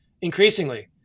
Increasingly